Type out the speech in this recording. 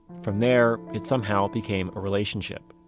from there it somehow became a relationship